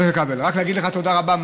רק להגיד לך תודה רבה.